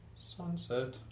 Sunset